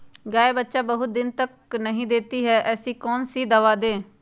गाय बच्चा बहुत बहुत दिन तक नहीं देती कौन सा दवा दे?